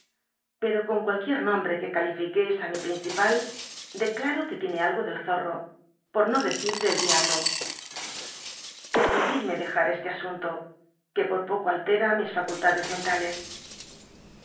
pero con cualquici nombre que caliliqueis á mi principal declaro que tiene algo del zoo por no decir del diablo pcrmilidmc deja cslc asunto que por poco altera mis facultades mentales